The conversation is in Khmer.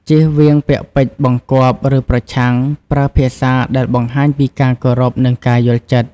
ជៀសវាងពាក្យពេចន៍បង្គាប់ ឬប្រឆាំង ប្រើភាសាដែលបង្ហាញពីការគោរព និងការយល់ចិត្ត។